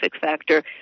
factor